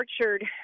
orchard